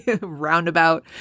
roundabout